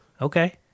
Okay